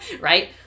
right